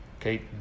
Okay